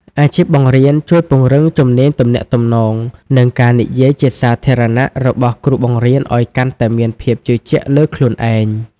អាជីពបង្រៀនជួយពង្រឹងជំនាញទំនាក់ទំនង និងការនិយាយជាសាធារណៈរបស់គ្រូបង្រៀនឱ្យកាន់តែមានភាពជឿជាក់លើខ្លួនឯង។